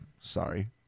Sorry